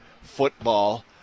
football